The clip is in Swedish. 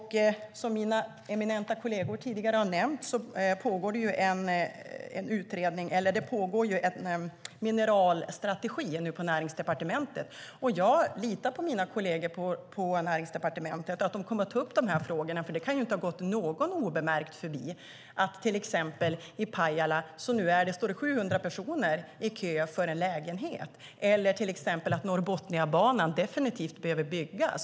Som mina eminenta kolleger tidigare har nämnt pågår det nu arbete med en mineralstrategi på Näringsdepartementet. Jag litar på mina kolleger på Näringsdepartementet. De kommer att ta upp dessa frågor. Det kan ju inte ha gått någon obemärkt förbi att det nu står 700 personer i kö för en lägenhet i Pajala eller att Norrbotniabanan definitivt måste byggas.